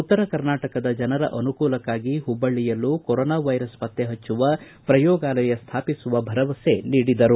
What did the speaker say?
ಉತ್ತರ ಕರ್ನಾಟಕದ ಜನರ ಅನುಕೂಲಕ್ಕಾಗಿ ಹುಬ್ಬಳ್ಳಿಯಲ್ಲೂ ಕೊರೋನಾ ವೈರಸ್ ಪತ್ತೆ ಹಚ್ಚುವ ಪ್ರಯೋಗಾಲಯ ಸ್ಥಾಪಿಸುವ ಭರವಸೆ ನೀಡಿದರು